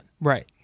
Right